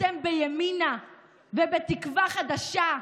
אתם בימינה ובתקווה חדשה,